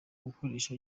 gukoresha